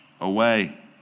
away